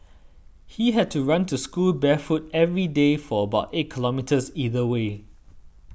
he had to run to school barefoot every day for about eight kilometres either way